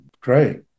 great